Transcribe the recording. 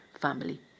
family